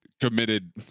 committed